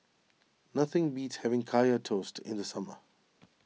nothing beats having Kaya Toast in the summer